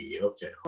okay